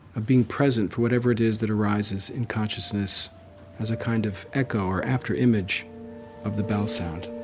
of being present for whatever it is that arises in consciousness as a kind of echo or afterimage of the bell sound,